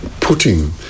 putting